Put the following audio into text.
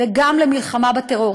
וגם למלחמה בטרור.